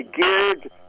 geared